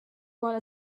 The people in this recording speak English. wanna